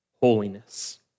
holiness